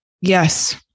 Yes